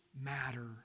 matter